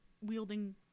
wielding